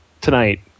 tonight